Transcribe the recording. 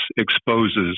exposes